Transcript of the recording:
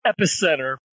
epicenter